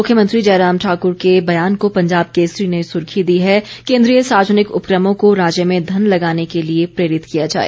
मुख्यमंत्री जयराम ठाक्र के बयान को पंजाब केसरी ने सुर्खी दी है केन्द्रीय सार्वजनिक उपक्रमों को राज्य में धन लगाने के लिये प्रेरित किया जाए